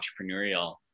entrepreneurial